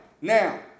Now